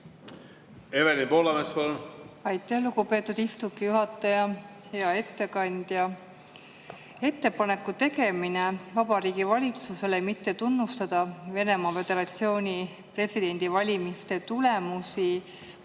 Evelin Poolamets, palun! Aitäh, lugupeetud istungi juhataja! Hea ettekandja! Ettepaneku tegemine Vabariigi Valitsusele mitte tunnustada Venemaa Föderatsiooni presidendivalimiste tulemusi.